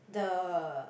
the